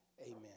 Amen